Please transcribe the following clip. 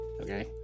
okay